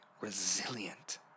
resilient